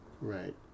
Right